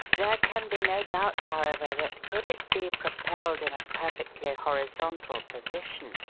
there can be no doubt, however, that could it be propelled in a perfectly horizontal position,